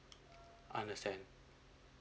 understand